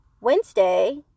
Wednesday